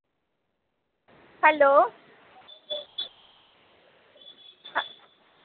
hello